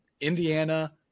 indiana